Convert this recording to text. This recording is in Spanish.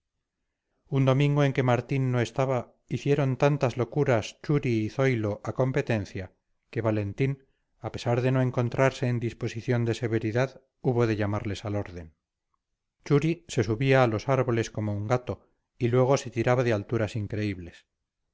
un domingo en que martín no estaba hicieron tantas locuras churi y zoilo a competencia que valentín a pesar de no encontrarse en disposición de severidad hubo de llamarles al orden churi se subía a los árboles como un gato y luego se tiraba de alturas increíbles